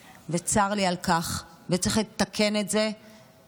צר לי על כך, וצריך לתקן את זה ודחוף.